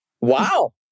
Wow